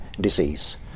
disease